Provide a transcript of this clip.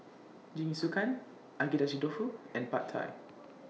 Jingisukan Agedashi Dofu and Pad Thai